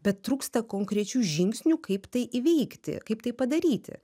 bet trūksta konkrečių žingsnių kaip tai įveikti kaip tai padaryti